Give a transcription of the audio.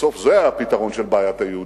בסוף זה הפתרון של בעיית היהודים,